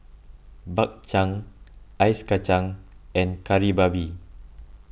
Bak Chang Ice Kacang and Kari Babi